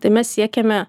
tai mes siekiame